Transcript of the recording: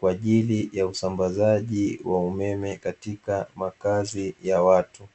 kwa ajili ya usambazaji wa umeme katika makazi ya watu.